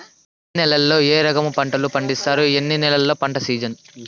ఏ నేలల్లో ఏ రకము పంటలు పండిస్తారు, ఎన్ని నెలలు పంట సిజన్?